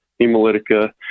hemolytica